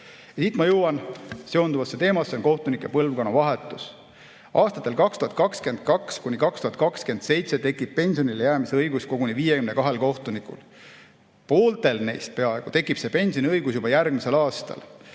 Siit ma jõuan seonduva teema juurde, see on kohtunike põlvkonnavahetus. Aastatel 2022–2027 tekib pensionile jäämise õigus koguni 52 kohtunikul. Peaaegu pooltel neist tekib pensioniõigus juba järgmisel aastal.